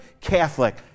Catholic